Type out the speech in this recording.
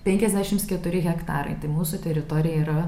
penkiasdešimt keturi hektarai tai mūsų teritorija yra